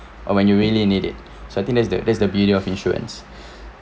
or when you really need it so I think that's the that's the beauty of insurance